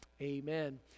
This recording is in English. amen